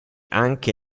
anche